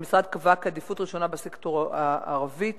שהמשרד קבע כעדיפות ראשונה בסקטור הערבי,